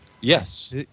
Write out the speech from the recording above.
Yes